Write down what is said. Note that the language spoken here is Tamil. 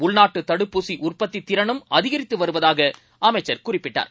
உள்நாட்டுத் தடுப்பூசிஉற்பத்தித்திறனும் அதிகரித்துவருவதாகஅமைச்சர் குறிப்பிட்டார்